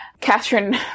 Catherine